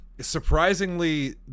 Surprisingly